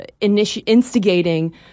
instigating